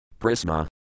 Prisma